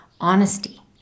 honesty